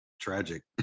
tragic